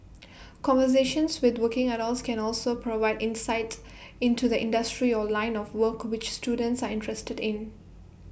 conversations with working adults can also provide insight into the industry or line of work which students are interested in